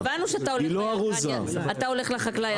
אבל הבנו שאתה הולך לחקלאי.